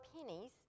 pennies